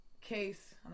case